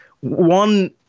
One